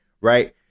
right